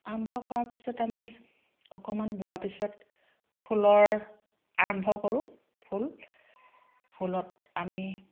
আৰম্ভ কৰাৰ পিছত আমি অকণমান বোৱা পিছত ফুলৰ আৰম্ভ কৰোঁ ফুল ফুলত আমি